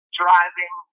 driving